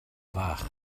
fach